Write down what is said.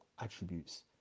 attributes